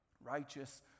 righteous